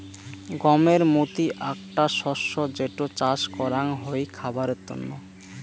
গমের মতি আকটা শস্য যেটো চাস করাঙ হই খাবারের তন্ন